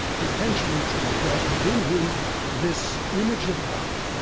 potentially tra um he has within him this image of god,